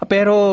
Pero